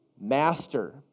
Master